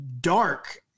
dark